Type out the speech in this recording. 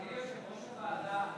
אדוני יושב-ראש הוועדה,